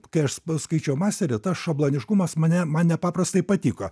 kai aš skaičiau masterį tas šabloniškumas mane man nepaprastai patiko